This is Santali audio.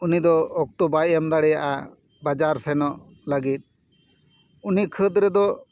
ᱩᱱᱤ ᱫᱚ ᱚᱠᱛᱚ ᱵᱟᱭ ᱮᱢ ᱫᱟᱲᱮᱭᱟᱜᱼᱟ ᱵᱟᱡᱟᱨ ᱥᱮᱱᱚᱜ ᱞᱟᱹᱜᱤᱫ ᱩᱱᱤ ᱠᱷᱟᱹᱫᱽ ᱨᱮᱫᱚ